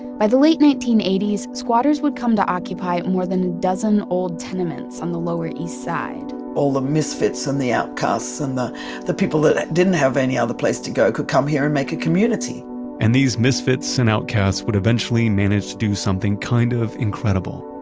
by the late nineteen eighty s, squatters would come to occupy more than a dozen old tenements on the lower east side all the misfits and um the outcasts and the the people that didn't have any other place to go could come here and make a community and these misfits and outcasts would eventually manage to do something kind of incredible.